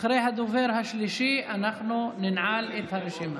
אחרי הדובר השלישי אנחנו ננעל את הרשימה.